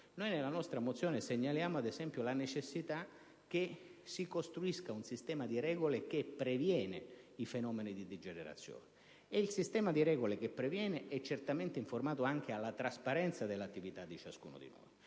nella nostra mozione segnaliamo ad esempio la necessità che si costruisca un sistema di regole che prevenga i fenomeni di degenerazione. Tale sistema di regole deve certamente essere informato anche alla trasparenza dell'attività di ciascuno di noi.